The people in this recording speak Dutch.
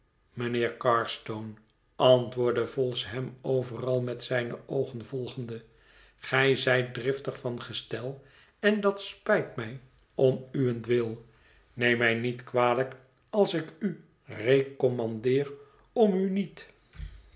mijnheer carstone antwoordt vholes hem overal met zijne oogen volgende gij zijt driftig van gestel en dat spijt mij om uwentwil neem mij niet kwalijk als ik u recommandeer om u niet